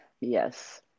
Yes